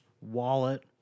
wallet